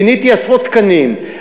פיניתי עשרות תקנים.